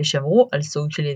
ושמרו על סוג של ידידות.